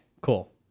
cool